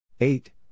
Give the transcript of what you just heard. Eight